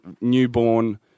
newborn